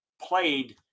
played